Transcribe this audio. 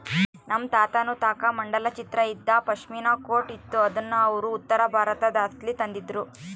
ನಮ್ ತಾತುನ್ ತಾಕ ಮಂಡಲ ಚಿತ್ರ ಇದ್ದ ಪಾಶ್ಮಿನಾ ಕೋಟ್ ಇತ್ತು ಅದುನ್ನ ಅವ್ರು ಉತ್ತರಬಾರತುದ್ಲಾಸಿ ತಂದಿದ್ರು